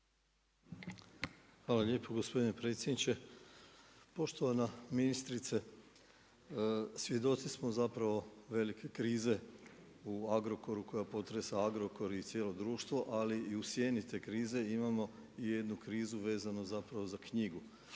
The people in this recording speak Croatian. Hvala lijepo gospodine predsjedniče. Poštovana ministrice, svjedoci smo zapravo velike krize o Agrokoru koja potresa Agrokor i cijelo društvo, ali i u sjeni te krize imamo i jednu krizu vezanu zapravo za knjigu.